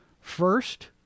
First